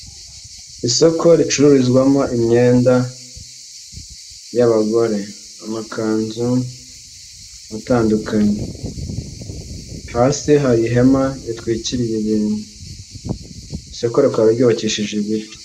Isoko ricururizwamo imyenda y'abagore, amakanzu atandukanye, hasi hari ihema ritwikiriye ibintu, isoko rikaba ryubakishije ibiti.